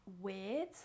weird